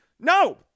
No